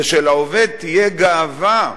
ושלעובד תהיה גאווה לומר: